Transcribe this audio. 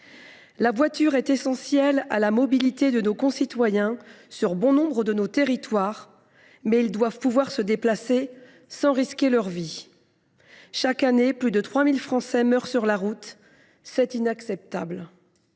la voiture est essentielle à la mobilité de nos concitoyens dans bon nombre de nos territoires, mais on doit pouvoir se déplacer sans risquer sa vie. Chaque année, 3 000 Français meurent sur la route. C’est inacceptable